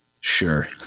Sure